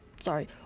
sorry